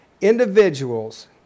individuals